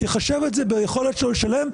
יחשב את זה ביכולת שלו לשלם,